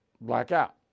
blackout